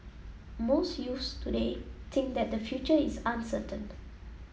most youths today think that their future is uncertain